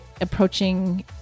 approaching